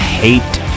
hate